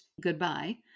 goodbye